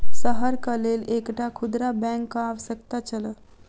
शहरक लेल एकटा खुदरा बैंकक आवश्यकता छल